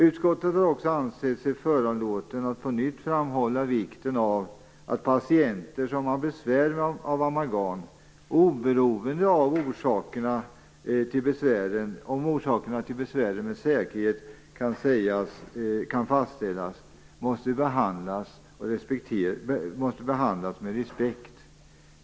Utskottet har också ansett sig föranlåten att på nytt framhålla vikten av att patienter som har besvär av amalgam, oberoende av om orsakerna till besvären med säkerhet kan fastställas, måste behandlas med respekt.